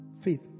faith